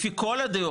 לפי כל הדעות,